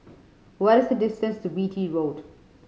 what is the distance to Beatty Road